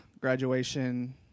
graduation